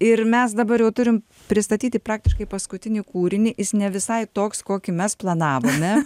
ir mes dabar jau turim pristatyti praktiškai paskutinį kūrinį jis ne visai toks kokį mes planavome